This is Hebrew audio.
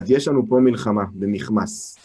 אז יש לנו פה מלחמה במכמס.